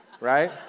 Right